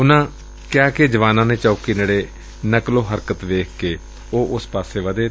ਉਨੂਾ ਕਿਹਾ ਕਿ ਜਵਾਨਾਂ ਨੇ ਚੌਕੀ ਨੇੜੇ ਨਕਲੋ ਹਰਕਤ ਵੇਖ ਕੇ ਉਸ ਪਾਸੇ ਵਾਧੇ